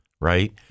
right